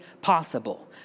possible